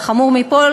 והחמור מכול,